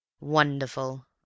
Wonderful